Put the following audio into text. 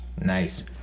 Nice